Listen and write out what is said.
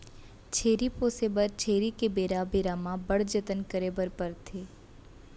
छेरी पोसे बर छेरी के बेरा बेरा म बड़ जतन करे बर परथे